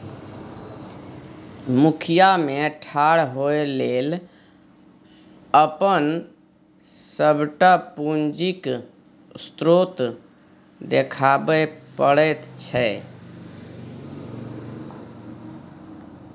मुखिया मे ठाढ़ होए लेल अपन सभटा पूंजीक स्रोत देखाबै पड़ैत छै